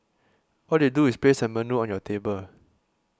all they do is place a menu on your table